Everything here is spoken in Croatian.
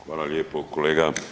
Hvala lijepo kolega.